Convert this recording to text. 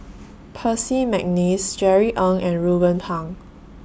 Percy Mcneice Jerry Ng and Ruben Pang